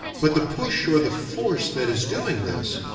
but the push or the force that is doing this,